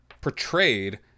portrayed